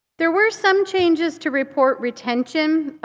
there were some changes to report retention.